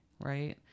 right